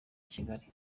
kigali